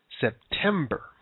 September